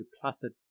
placid